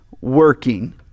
working